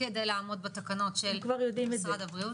כדי לעמוד בתקנות של משרד הבריאות?